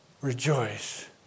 Rejoice